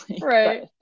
Right